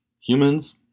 humans